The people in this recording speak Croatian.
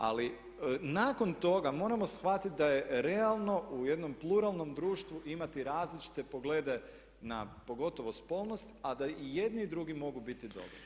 Ali nakon toga moramo shvatiti da je realno u jednom pluralnom društvu imati različite poglede na, pogotovo spolnost, a da i jedni i drugi mogu biti dobri.